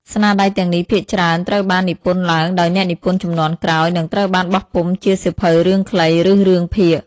ស្នាដៃទាំងនេះភាគច្រើនត្រូវបាននិពន្ធឡើងដោយអ្នកនិពន្ធជំនាន់ក្រោយ និងត្រូវបានបោះពុម្ពជាសៀវភៅរឿងខ្លី ឬរឿងភាគ។